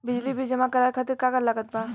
बिजली बिल जमा करावे खातिर का का लागत बा?